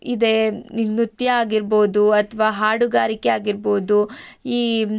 ಇದೆ ನೃತ್ಯ ಆಗಿರ್ಬೋದು ಅಥ್ವಾ ಹಾಡುಗಾರಿಕೆ ಆಗಿರ್ಬೋದು ಈ